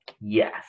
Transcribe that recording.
Yes